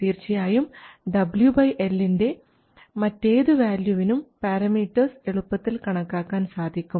തീർച്ചയായും WL ൻറെ മറ്റേത് വാല്യുവിനും പാരാമീറ്റർസ് എളുപ്പത്തിൽ കണക്കാക്കാൻ സാധിക്കും